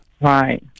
Right